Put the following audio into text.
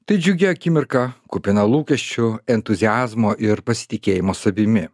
tai džiugi akimirka kupina lūkesčių entuziazmo ir pasitikėjimo savimi